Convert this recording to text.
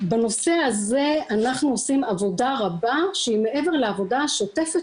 בנושא הזה אנחנו עושים עבודה רבה שהיא מעבר לעבודה השוטפת